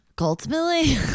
ultimately